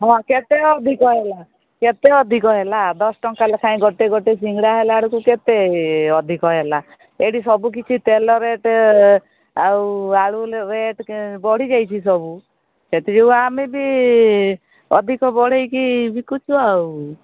ହଁ କେତେ ଅଧିକ ହେଲା କେତେ ଅଧିକ ହେଲା ଦଶ ଟଙ୍କା ଲେଖାଏଁ ଗୋଟେ ଗୋଟେ ସିଙ୍ଗଡ଼ା ହେଲାବେଳକୁ କେତେ ଅଧିକ ହେଲା ଏଇଠି ସବୁ କିଛି ତେଲ ରେଟ୍ ଆଉ ଆଳୁ ରେଟ୍ କେ ବଢ଼ି ଯାଇଛି ସବୁ ସେଥି ଯୋଗୁଁ ଆମେ ବି ଅଧିକ ବଢ଼େଇକି ବିକୁଛୁ ଆଉ